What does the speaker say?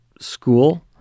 school